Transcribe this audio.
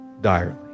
direly